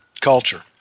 culture